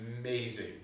Amazing